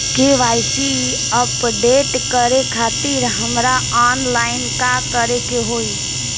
KYC update करे खातिर हमरा ऑनलाइन का करे के होई?